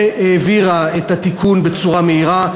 שהעבירה את התיקון בצורה מהירה,